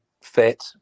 fit